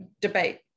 debate